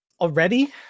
Already